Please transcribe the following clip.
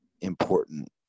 important